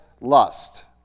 lust